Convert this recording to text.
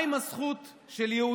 מה עם הזכות של יהודי